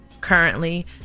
currently